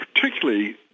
particularly